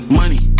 money